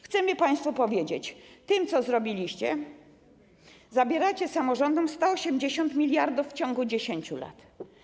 Chcemy państwu powiedzieć: tym, co zrobiliście, zabieracie samorządom 180 mld w ciągu 10 lat.